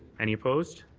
any opposed?